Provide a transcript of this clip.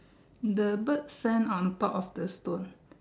the bird stand on top of the stone